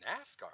nascar